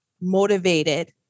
motivated